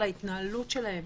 על ההתנהלות שלהם.